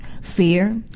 fear